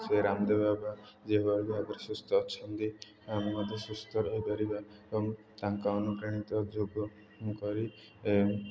ସେ ରାମଦେବ ବାବା ଯେଉଁଭଳି ଭାବରେ ସୁସ୍ଥ ଅଛନ୍ତି ଆମେ ମଧ୍ୟ ସୁସ୍ଥ ରହିପାରିବା ଏବଂ ତାଙ୍କ ଅନୁପ୍ରାଣିତ ଯୋଗ ମୁଁ କରି